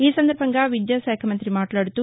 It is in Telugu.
ఈ సందర్బంగా విద్యాకాఖ మంతి మాట్లాడుతూ